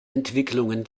entwicklungen